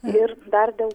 ir dar dėl